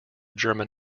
german